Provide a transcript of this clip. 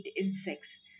insects